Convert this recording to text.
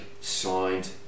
signed